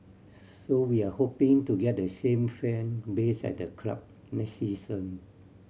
so we're hoping to get the same fan base at the club next season